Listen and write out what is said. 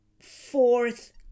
fourth